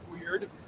Weird